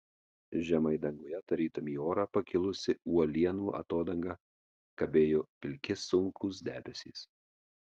žemai danguje tarytum į orą pakilusi uolienų atodanga kabėjo pilki sunkūs debesys